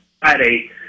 Friday